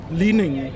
leaning